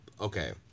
okay